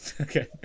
Okay